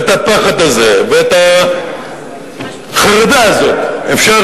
ואת הפחד הזה ואת החרדה הזאת אפשר